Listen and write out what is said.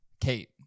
kate